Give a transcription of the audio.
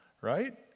right